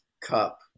cup